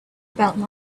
about